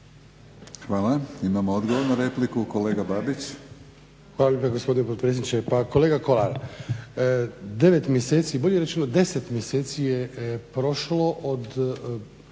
Hvala. Imamo odgovor na repliku, kolega Babić. **Babić, Ante (HDZ)** Hvala lijepa gospodine potpredsjedniče. Pa kolega Kolar, 9 mjeseci, bolje rečeno 10 mjeseci je prošlo od